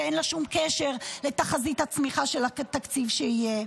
שאין לה שום קשר לתחזית הצמיחה של התקציב שיהיה.